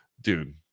dude